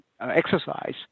exercise